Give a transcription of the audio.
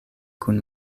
kun